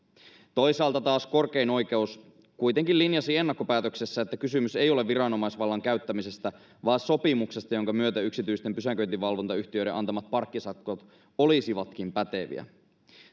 toisaalta taas korkein oikeus kuitenkin linjasi ennakkopäätöksessä että kysymys ei ole viranomaisvallan käyttämisestä vaan sopimuksesta jonka myötä yksityisten pysäköintivalvontayhtiöiden antamat parkkisakot olisivatkin päteviä